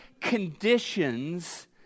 conditions